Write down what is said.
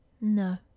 No